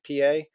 PA